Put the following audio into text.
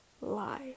lie